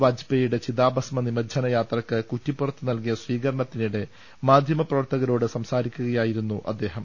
വാജ്പേയിയുടെ ചിതാഭസ്മ നിമജ്ജന യാത്രയ്ക്ക് കുറ്റിപ്പുറത്ത് നൽകിയ സ്വീകരണത്തിനിടെ മാധ്യമപ്ര വർത്തകരോട് സംസാരിക്കുകയായിരുന്നു അദ്ദേഹം